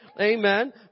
Amen